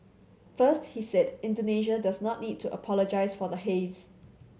first he said Indonesia does not need to apologise for the haze